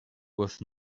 with